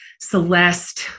Celeste